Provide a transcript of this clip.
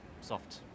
soft